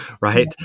right